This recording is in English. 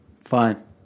fine